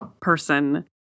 person